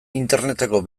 interneteko